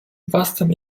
własnym